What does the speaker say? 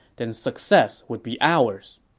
then success would be ours.